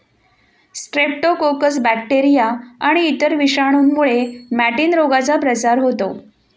Streptococcus bacteria आणि इतर विषाणूंमुळे मॅटिन रोगाचा प्रसार होतो